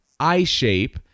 iShape